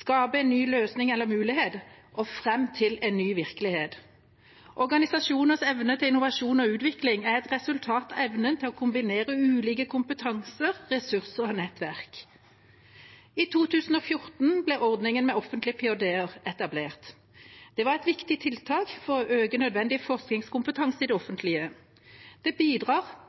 skape en ny løsning eller mulighet og fram til en ny virkelighet. Organisasjoners evne til innovasjon og utvikling er et resultat av evnen til å kombinere ulike kompetanser, ressurser og nettverk. I 2014 ble ordningen med offentlige PhD-er etablert. Det var et viktig tiltak for å øke nødvendig forskningskompetanse i det offentlige. Det bidrar